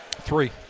three